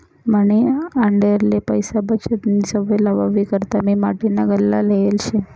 मनी आंडेरले पैसा बचतनी सवय लावावी करता मी माटीना गल्ला लेयेल शे